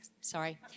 Sorry